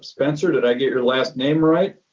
spencer, did i get your last name right?